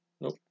Nope